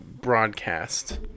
broadcast